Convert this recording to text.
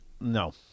no